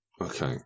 Okay